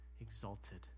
exalted